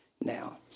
now